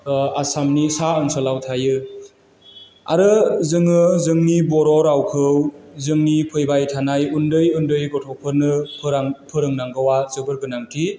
आसामनि सा ओनसोलाव थायो आरो जोङो जोंनि बर' रावखौ जोंनि फैबाय थानाय उन्दै उन्दै गथ'फोरनो फोरोंनांगौआ जोबोर गोनांथि